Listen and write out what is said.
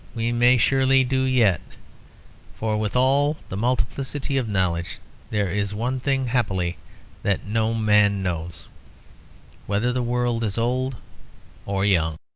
we may surely do yet for with all the multiplicity of knowledge there is one thing happily that no man knows whether the world is old or young.